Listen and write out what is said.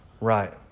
right